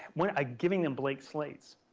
what, i'm giving them blank slates.